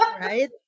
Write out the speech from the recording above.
right